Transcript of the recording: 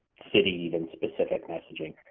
city even specific messaging.